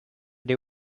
they